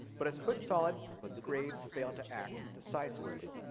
but as hood sought, graves failed to act decisively.